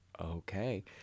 Okay